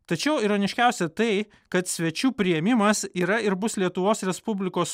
tačiau ironiškiausia tai kad svečių priėmimas yra ir bus lietuvos respublikos